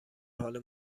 حال